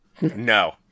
No